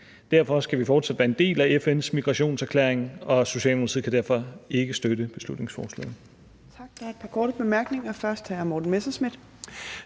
Derfor skal vi fortsat være en del af FN's migrationserklæring, og Socialdemokratiet kan derfor ikke støtte beslutningsforslaget.